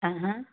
ആഹാ